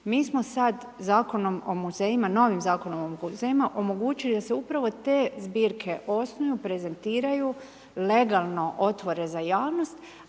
Mi smo sad novim Zakonom o muzejima omogućili da se upravo te zbirke osnuju, prezentiraju, legalno otvore za javnost,